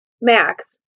Max